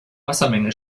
wassermenge